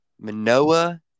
Manoa